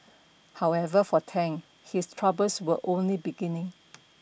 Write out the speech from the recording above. however for Tang his troubles were only beginning